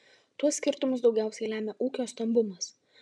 tuos skirtumus daugiausiai lemia ūkio stambumas